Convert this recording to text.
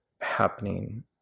happening